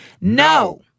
No